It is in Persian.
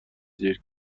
دیر